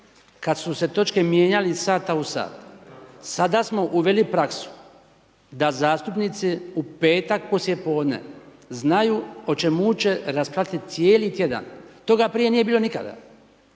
kada su se točke mijenjale iz sata u sat. Sada smo uveli praksu da zastupnici u petak poslije podne znaju o čemu će raspravljati cijeli tjedan. Toga prije nije bilo nikada.